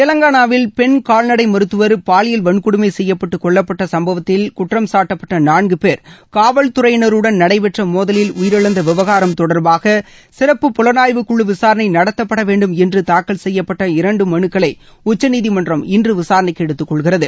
தெலங்கானாவில் பென் கால்நடை மருத்துவர் பாலியல் வன்கொடுமை செய்யப்பட்டு கொல்லப்பட்ட சும்பவத்தில் குற்றம்சாட்டப்பட்ட நான்கு பேர் காவல் துறையினருடன் நடைபெற்ற மோதலில் உயிரிழந்த விவகாரம் தொடர்பாக சிறப்பு புலனாய்வுக்குழு விசாரனை நடத்தப்பட வேண்டும் என்று தாக்கல் செய்யப்பட்ட இரண்டு மனுக்களை உச்சநீதிமன்றம் இன்று விசாரணைக்கு எடுத்துக்கொள்கிறது